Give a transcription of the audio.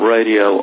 Radio